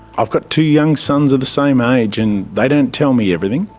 i've got two young sons the same age and they don't tell me everything,